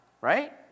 right